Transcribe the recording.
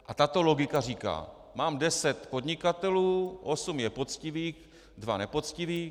A tato logika říká: Mám deset podnikatelů, osm je poctivých, dva nepoctiví.